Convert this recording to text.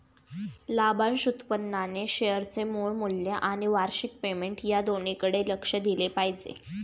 लाभांश उत्पन्नाने शेअरचे मूळ मूल्य आणि वार्षिक पेमेंट या दोन्हीकडे लक्ष दिले पाहिजे